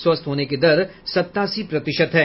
स्वस्थ होने की दर सतासी प्रतिशत है